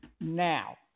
now